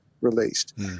released